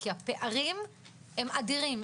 כי הפערים הם אדירים,